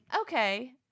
okay